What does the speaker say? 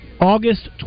August